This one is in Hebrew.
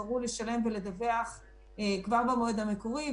שנפתחו במהלך 2019,